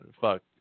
Fuck